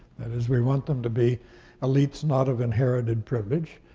that is, we want them to be elites not of inherited privilege.